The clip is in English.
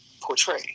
portray